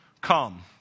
come